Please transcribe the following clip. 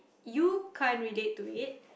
you can't relate to it